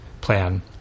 plan